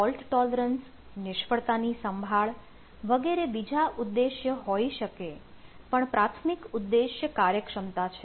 fault tolerance નિષ્ફળતા ની સંભાળ વગેરે બીજા ઉદ્દેશ્ય હોઈ શકે પણ પ્રાથમિક ઉદ્દેશ્ય કાર્યક્ષમતા છે